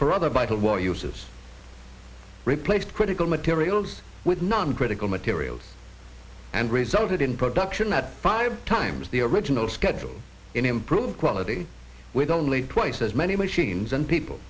other by the war uses replaced critical materials with non critical materials and resulted in production at five times the original schedule in improved quality with only twice as many machines and people